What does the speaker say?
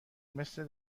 مثل